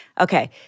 Okay